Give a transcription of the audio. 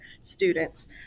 students